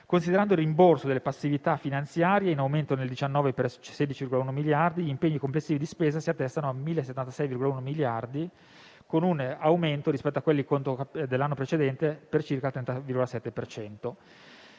Considerando il rimborso delle passività finanziarie, in aumento nel 2019 per 16,1 miliardi, gli impegni complessivi di spesa si attestano a 1.076,1 miliardi, con un aumento rispetto a quelli dell'anno precedente per circa il 30,7